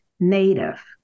Native